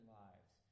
lives